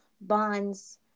bonds